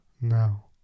now